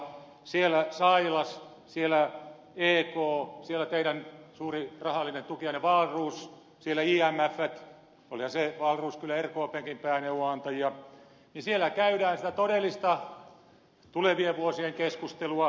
siellä sailas siellä ek siellä teidän suuri rahallinen tukijanne wahlroos siellä imft olihan se wahlroos kyllä rkpnkin pääneuvonantajia siellä käydään sitä todellista tulevien vuosien keskustelua